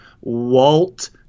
Walt